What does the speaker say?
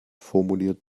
formuliert